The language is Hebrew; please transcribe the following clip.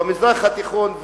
במזרח התיכון,